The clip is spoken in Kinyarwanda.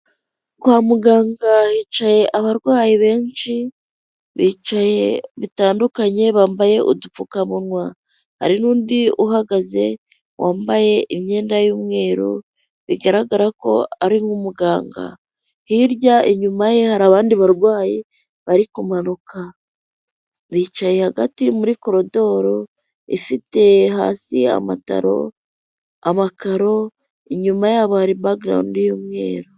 Kwa muganga hicaye abarwayi benshi bicaye bitandukanye bambaye udupfukamunwa. Hari n'undi uhagaze wambaye imyenda y'umweru bigaragara ko ari nk'umuganga. Hirya inyuma ye hari abandi barwayi bari kumanuka. Bicaye hagati muri korodoro ifite hasi amataro, amakaro. Inyuma yabo hari bakigirawundi y'umweru.